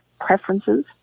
preferences